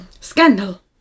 Scandal